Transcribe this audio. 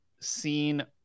seen